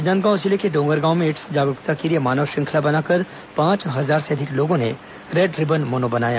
राजनादगांव जिले के डोंगरगांव में एड्स जागरूकता के लिए मानव श्रृंखला बनाकर पांच हजार से अधिक लोगों ने रेड रिबन मोनो बनाया